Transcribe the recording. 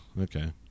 Okay